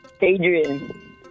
Adrian